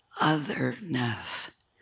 otherness